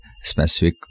specific